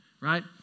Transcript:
right